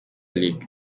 league